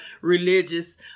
religious